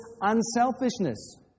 unselfishness